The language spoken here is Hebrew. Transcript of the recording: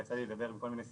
יצא לי לדבר בכל מיני שיחות,